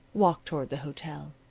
walked toward the hotel.